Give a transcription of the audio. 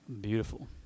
Beautiful